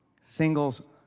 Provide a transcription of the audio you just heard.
singles